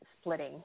splitting